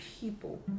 people